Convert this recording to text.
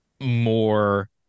more